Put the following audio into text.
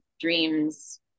dreams